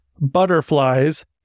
butterflies